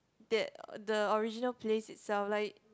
that the original place itself like